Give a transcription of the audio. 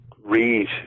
read